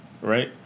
right